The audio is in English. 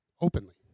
openly